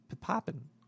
popping